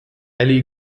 elle